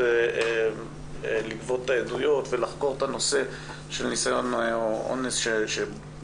ממנו עדויות ולחקור את הנושא של ניסיון אונס